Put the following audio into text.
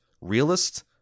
realist